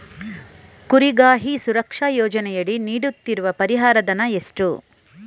ಕುರಿಗಾಹಿ ಸುರಕ್ಷಾ ಯೋಜನೆಯಡಿ ನೀಡುತ್ತಿರುವ ಪರಿಹಾರ ಧನ ಎಷ್ಟು?